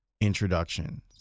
introductions